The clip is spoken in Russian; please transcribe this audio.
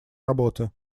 работы